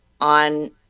on